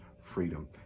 freedom